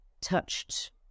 touched